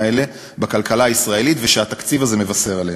האלה בכלכלה הישראלית ושהתקציב הזה מבשר עליהם.